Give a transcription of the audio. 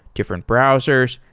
different browsers,